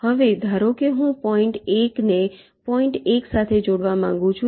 હવેધારો કે હું પોઈન્ટ 1 ને પોઈન્ટ 1 સાથે જોડવા માંગુ છું